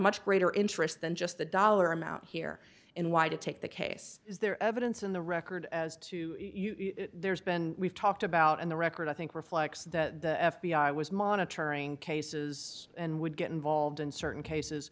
much greater interest than just the dollar amount here in why to take the case is there evidence in the record as to there's been we've talked about in the record i think reflects the f b i was monitoring cases and would get involved in certain cases